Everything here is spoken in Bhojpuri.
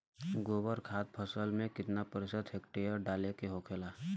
गोबर खाद फसल में कितना प्रति हेक्टेयर डाले के होखेला?